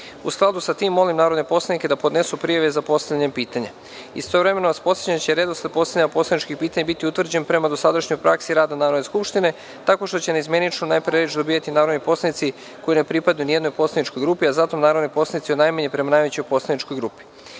skladu sa tim, molim narodne poslanike da podnesu prijave za postavljanje pitanja. Istovremeno vas podsećam da će redosled postavljanja poslaničkih pitanja biti utvrđen prema dosadašnjoj praksi rada Narodne skupštine, tako što će naizmenično najpre reč dobijati narodni poslanici koji ne pripadaju nijednoj poslaničkoj grupi, a zatim narodni poslanici od najmanje prema najvećoj poslaničkoj